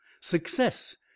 Success